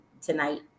tonight